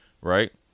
right